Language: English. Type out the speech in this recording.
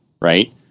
right